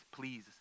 please